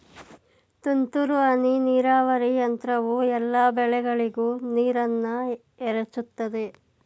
ತುಂತುರು ಹನಿ ನೀರಾವರಿ ಯಂತ್ರವು ಎಲ್ಲಾ ಬೆಳೆಗಳಿಗೂ ನೀರನ್ನ ಎರಚುತದೆ